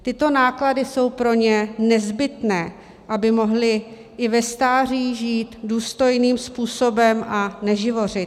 Tyto náklady jsou pro ně nezbytné, aby mohli i ve stáří žít důstojným způsobem a neživořit.